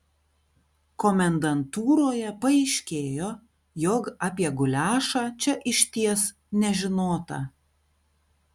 komendantūroje paaiškėjo jog apie guliašą čia išties nežinota